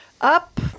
up